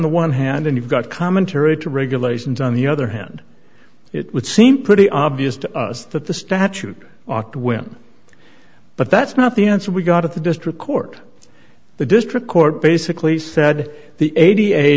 the one hand and you've got commentary to regulations on the other hand it would seem pretty obvious to us that the statute walked whim but that's not the answer we got at the district court the district court basically said the